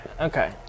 Okay